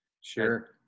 Sure